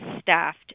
staffed